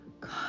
God